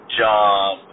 job